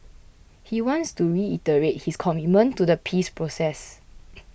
he wants to reiterate his commitment to the peace process